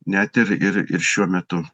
net ir ir ir šiuo metu